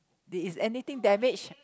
did is anything damaged